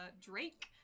drake